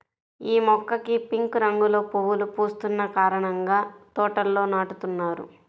యీ మొక్కకి పింక్ రంగులో పువ్వులు పూస్తున్న కారణంగా తోటల్లో నాటుతున్నారు